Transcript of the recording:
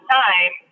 time